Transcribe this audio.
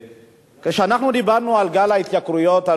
כשאנחנו דיברנו על גל ההתייקרויות,